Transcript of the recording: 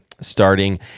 starting